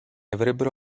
avrebbero